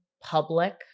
public